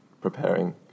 preparing